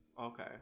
Okay